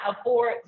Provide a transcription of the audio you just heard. afford